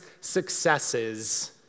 successes